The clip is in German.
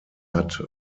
hat